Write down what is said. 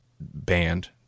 band